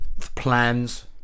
plans